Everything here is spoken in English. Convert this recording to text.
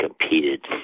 competed